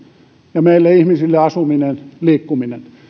ja meille ihmisille asuminen ja liikkuminen